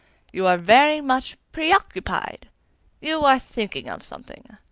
you are very much preoccupied you are thinking of something.